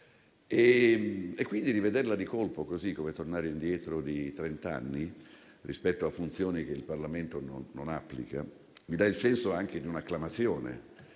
Quindi rivederla di colpo è come tornare indietro di trent'anni, rispetto a procedure che il Parlamento non applica, e mi dà il senso anche di un'acclamazione,